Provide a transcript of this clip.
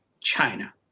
China